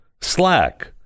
Slack